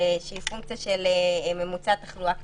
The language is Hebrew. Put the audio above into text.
שהיא פונקציה של ממוצע תחלואה כללית,